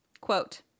quote